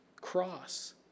cross